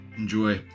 Enjoy